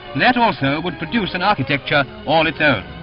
that also would produce an architecture all its own.